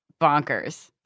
bonkers